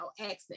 accent